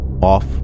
Off